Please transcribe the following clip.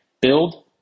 build